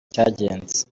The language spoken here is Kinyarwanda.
cyagenze